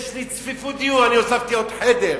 יש לי צפיפות דיור, הוספתי עוד חדר.